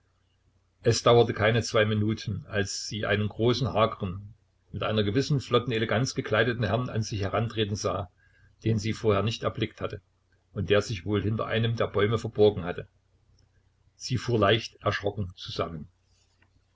es dauerte keine zwei minuten als sie einen großen hageren mit einer gewissen flotten eleganz gekleideten herrn an sich herantreten sah den sie vorher nicht erblickt hatte und der sich wohl hinter einem der bäume verborgen hatte sie fuhr leicht erschrocken zusammen